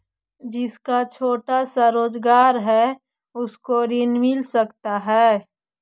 जिसका छोटा सा रोजगार है उसको ऋण मिल सकता है?